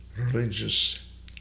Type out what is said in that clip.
religious